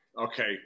Okay